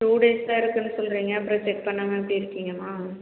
two டேஸ்ஸாக இருக்குதுன்னு சொல்றீங்க அப்புறம் செக் பண்ணாமல் எப்படி இருக்கீங்கள்மா